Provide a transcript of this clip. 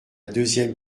deuxième